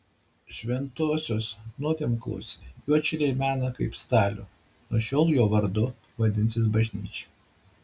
šventosios nuodėmklausį juodšiliai mena kaip stalių nuo šiol jo vardu vadinsis bažnyčia